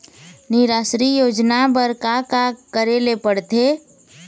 निराश्री योजना बर का का करे ले पड़ते?